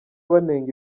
banenga